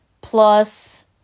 plus